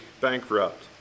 bankrupt